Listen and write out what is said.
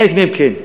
חלק מהם כן.